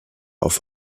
auf